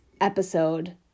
episode